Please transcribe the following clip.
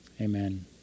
amen